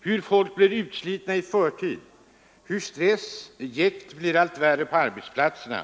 hur människor blir utslitna i förtid, hur stress och jäkt blir allt värre på arbetsplatserna.